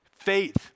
Faith